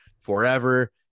forever